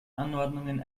anordnungen